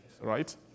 right